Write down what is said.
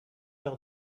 tell